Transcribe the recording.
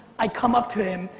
i come up to him,